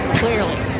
clearly